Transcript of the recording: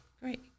Great